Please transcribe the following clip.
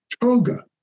toga